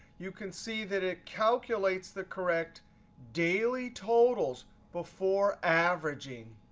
you can see that it calculates the correct daily totals before averaging.